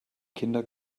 kinder